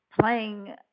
Playing